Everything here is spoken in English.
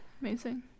Amazing